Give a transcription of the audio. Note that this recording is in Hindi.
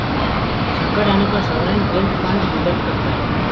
संकट आने पर सॉवरेन वेल्थ फंड मदद करता है